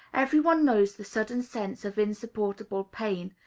every one knows the sudden sense of insupportable pain,